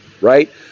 Right